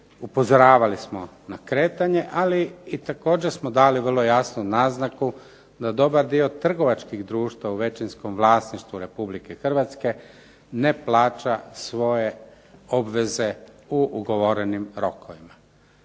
upozoravali smo na kretanje, ali također smo dali vrlo jasnu naznaku da dobar dio trgovačkih društava u većinskom vlasništvu Republike Hrvatske ne plaća svoje obveze u ugovorenim rokovima.